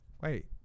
Wait